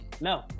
No